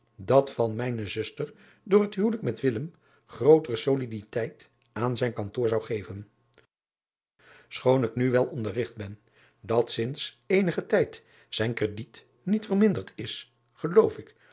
dat van mijne zuster door het huwelijk met grootere soliditeit aan zijn kantoor zou geven choon ik nu wel onderrigt ben dat sints eenigen tijd zijn krediet niet verminderd is geloof ik